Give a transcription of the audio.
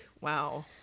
wow